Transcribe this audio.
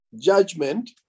judgment